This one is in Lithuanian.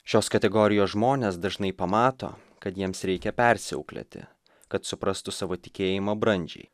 šios kategorijos žmonės dažnai pamato kad jiems reikia persiauklėti kad suprastų savo tikėjimą brandžiai